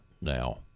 now